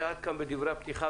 עד כאן דברי הקדמה,